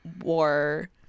war